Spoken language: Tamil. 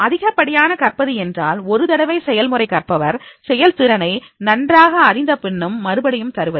அதிகப்படியான கற்பது என்றால் ஒரு தடவை செயல்முறை கற்பவர் செயல்திறனை நன்றாக அறிந்த பின்னும் மறுபடியும் தருவது